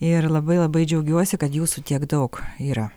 ir labai labai džiaugiuosi kad jūsų tiek daug yra